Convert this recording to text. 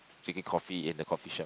drinking coffee in the coffee shop